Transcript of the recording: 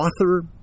author